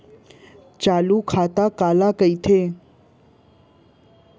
चालू खाता काला कहिथे?